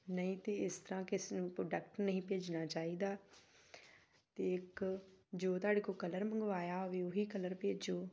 ਨਹੀਂ ਤਾਂ ਇਸ ਤਰ੍ਹਾਂ ਕਿਸੇ ਨੂੰ ਪ੍ਰੋਡਕਟ ਨਹੀਂ ਭੇਜਣਾ ਚਾਹੀਦਾ ਅਤੇ ਇੱਕ ਜੋ ਤੁਹਾਡੇ ਕੋਲ ਕਲਰ ਮੰਗਵਾਇਆ ਹੋਵੇ ਉਹ ਹੀ ਕਲਰ ਭੇਜੋ